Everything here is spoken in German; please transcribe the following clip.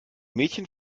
mädchen